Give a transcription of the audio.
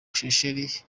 bushekeri